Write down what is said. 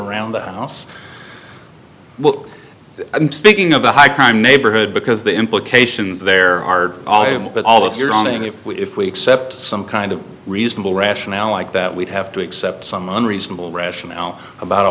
around the house well i'm speaking of a high crime neighborhood because the implications there are all but all of your own and if we if we accept some kind of reasonable rationale like that we'd have to accept some unreasonable rationale about a